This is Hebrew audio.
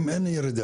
אם אין ירידה,